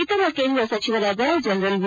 ಇತರ ಕೇಂದ್ರ ಸಚಿವರಾದ ಜನರಲ್ ವಿ